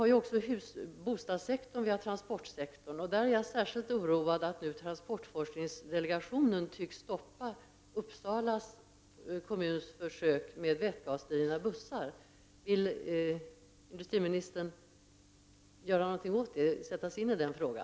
När det gäller bostadssektorn och transportsektorn är jag särskilt oroad över att transportforskningsdelegationen tycks stoppa Uppsala kommuns försök med vätgasdrivna bussar. Vill industriministern göra något åt detta och sätta sig in i denna fråga?